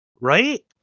right